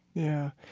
yeah.